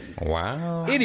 Wow